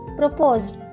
proposed